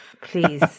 Please